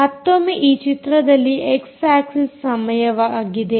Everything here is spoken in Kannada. ಮತ್ತೊಮ್ಮೆ ಈ ಚಿತ್ರದಲ್ಲಿ ಎಕ್ಸ್ ಆಕ್ಸಿಸ್ ಸಮಯವಾಗಿದೆ